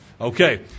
Okay